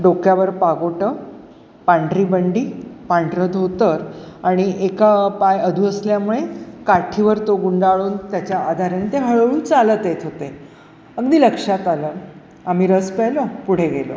डोक्यावर पागोटं पांढरी बंडी पांढरं धोतर आणि एका पाय अधू असल्यामुळे काठीवर तो गुंडाळून त्याच्या आधाराने ते हळू चालत येत होते अगदी लक्षात आलं आम्ही रस प्यायलो पुढे गेलो